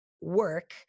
work